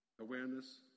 awareness